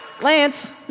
Lance